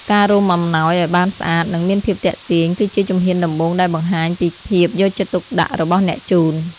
ការរុំអំណោយឲ្យបានស្អាត និងមានភាពទាក់ទាញ គឺជាជំហានដំបូងដែលបង្ហាញពីភាពយកចិត្តទុកដាក់របស់អ្នកជូន។